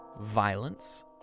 violence